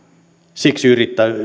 siksi